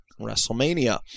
WrestleMania